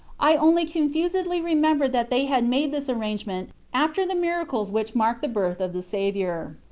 i only confusedly remember that they had made this arrangement after the miracles which marked the birth of the saviour.